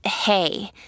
hey